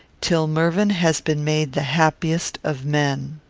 till mervyn has been made the happiest of men.